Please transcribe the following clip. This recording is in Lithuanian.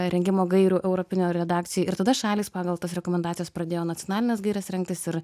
rengimo gairių europinėj redakcijoj ir tada šalys pagal tas rekomendacijas pradėjo nacionalines gaires rengtis ir